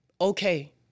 okay